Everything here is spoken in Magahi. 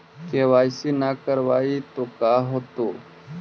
के.वाई.सी न करवाई तो का हाओतै?